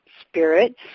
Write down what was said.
spirit